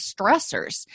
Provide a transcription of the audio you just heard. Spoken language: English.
stressors